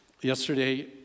Yesterday